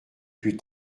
plus